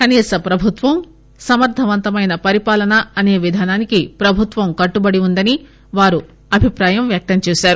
కనీస ప్రభుత్వం సమర్దవంతమైన పరిపాలన అసే విధానానికి ప్రభుత్వం కట్టుబడి ఉందని వారు అభిప్రాయం వ్యక్తం చేశారు